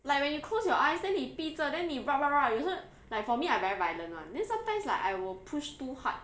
like when you close your eyes then 你闭着 then 你 rub rub rub 有时 like for me I very violent [one] then sometimes like I will push too hard